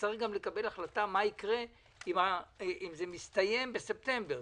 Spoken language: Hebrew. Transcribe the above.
נצטרך גם להחליט מה יקרה אם זה יסתיים בספטמבר,